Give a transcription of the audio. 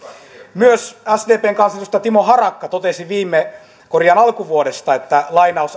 myös sdpn kansanedustaja timo harakka totesi alkuvuodesta että